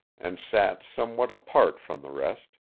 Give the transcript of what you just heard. and sat somewhat apart from the rest,